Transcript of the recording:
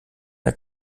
der